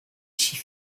six